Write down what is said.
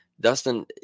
Dustin